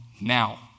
now